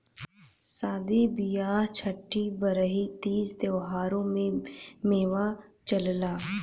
सादी बिआह छट्ठी बरही तीज त्योहारों में मेवा चलला